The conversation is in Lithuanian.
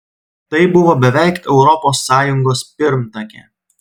tai buvo beveik europos sąjungos pirmtakė